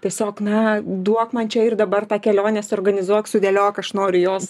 tiesiog na duok man čia ir dabar tą kelionę suorganizuok sudėliok aš noriu jos